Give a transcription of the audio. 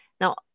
Now